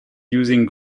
using